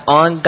on